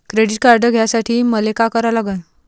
Credit card घ्यासाठी मले का करा लागन?